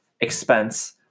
expense